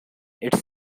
its